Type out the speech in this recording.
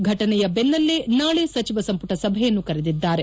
ಫಟನೆಯ ಬೆನ್ನಲ್ಲೇ ನಾಳೆ ಸಚಿವ ಸಂಪುಟ ಸಭೆಯನ್ನು ಕರೆದಿದ್ದಾರೆ